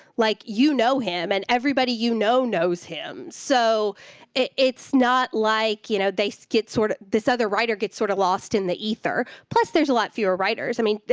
like, you know him, and everybody you know knows him. so it's not like, you know, they so get sort of this other writer gets sort of lost in the ether, plus there's a lot fewer writers. i mean,